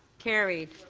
carried.